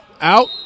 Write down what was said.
out